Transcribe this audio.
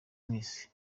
mwese